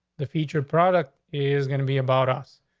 the feature product is going to be about us,